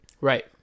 Right